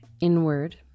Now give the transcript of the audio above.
inward